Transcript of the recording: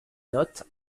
notes